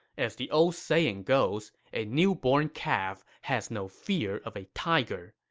as the old saying goes, a newborn calf has no fear of a tiger.